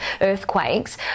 earthquakes